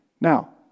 Now